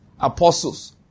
apostles